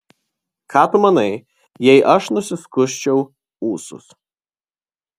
ką tu manai jei aš nusiskusčiau ūsus